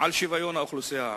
על שוויון לאוכלוסייה הערבית.